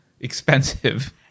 expensive